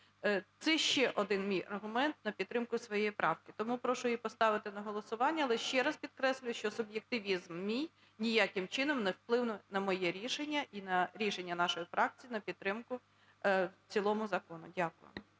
Це ще один мій аргумент на підтримку своєї правки. Тому прошу її поставити на голосування, але ще раз підкреслюю, що суб'єктивізм мій ніяким чином не вплине на моє рішення і на рішення нашої фракції на підтримку в цілому закону. Дякую.